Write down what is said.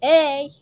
Hey